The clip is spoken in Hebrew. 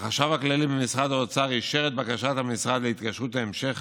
החשב הכללי במשרד האוצר אישר את בקשת המשרד להתקשרות ההמשך